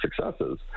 successes